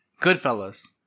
Goodfellas